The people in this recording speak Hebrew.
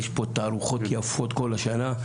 יש פה תערוכות יפות כל השנה,